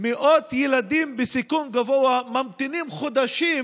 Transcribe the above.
ילדים בסיכון גבוה ממתינים חודשים